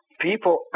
People